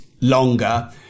longer